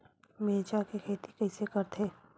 मिरचा के खेती कइसे करथे?